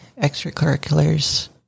Extracurriculars